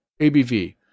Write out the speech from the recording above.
ABV